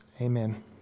amen